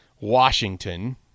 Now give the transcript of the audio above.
Washington